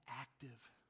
active